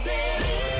City